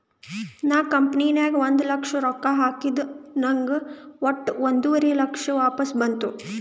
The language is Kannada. ನಾ ಕಂಪನಿ ನಾಗ್ ಒಂದ್ ಲಕ್ಷ ರೊಕ್ಕಾ ಹಾಕಿದ ನಂಗ್ ವಟ್ಟ ಒಂದುವರಿ ಲಕ್ಷ ವಾಪಸ್ ಬಂತು